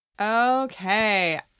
Okay